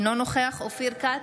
אינו נוכח אופיר כץ,